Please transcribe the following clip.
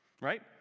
right